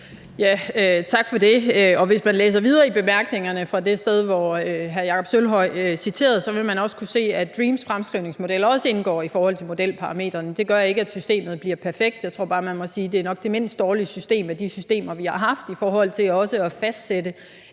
Tak for det. Hvis man læser videre i bemærkningerne fra det sted, hvor hr. Jakob Sølvhøj citerede, vil man også kunne se, at DREAM's fremskrivningsmodel også indgår i forhold til modelparametrene. Det gør ikke, at systemet bliver perfekt. Jeg tror bare, man må sige, det nok er det mindst dårlige system af de systemer, vi har haft i forhold til også at fastsætte